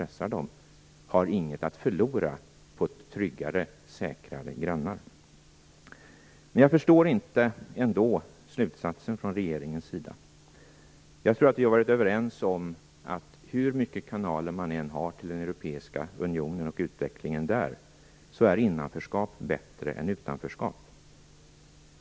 Ryska företrädare brukar inte heller säga emot detta när man pressar dem. Jag förstår ändå inte regeringens slutsats. Jag tror att vi har varit överens om att hur många kanaler man än har till den europeiske unionen och utvecklingen där, är innanförskap bättre än utanförskap.